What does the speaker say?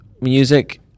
music